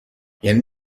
یعنی